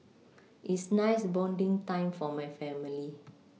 is nice bonding time for my family